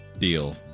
deal